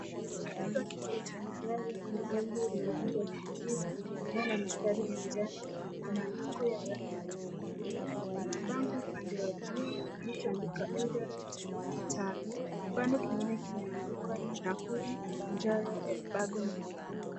Katika kituo cha magari, kuna gari lenye rangi ya manjano na maandiko ya rangi nyekundu na kibango upande wa juu imeandikwa Eldoret - Kitale, bango kingine kimeandikwa Nakuru-Njoro-Elburgon-Namungo.